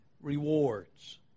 rewards